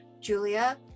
Julia